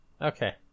okay